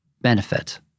benefit